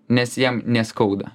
nes jam neskauda